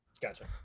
Gotcha